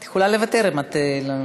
את יכולה לוותר אם את לא,